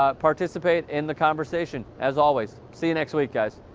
ah participate in the conversation as always see you next week as